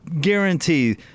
guarantee